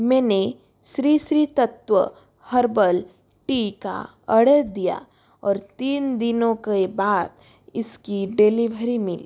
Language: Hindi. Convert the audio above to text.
मैंने श्री श्री तत्त्व हर्बल टी का आर्डर दिया और तीन दिनों के बाद इसकी डिलीभरी मिली